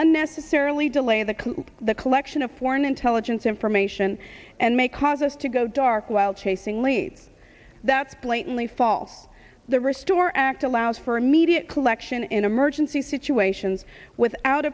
unnecessarily delay the cause the collection of foreign intelligence information and may cause us to go dark while chasing leap that's blatantly false the restore act allows for immediate collection in emergency situations without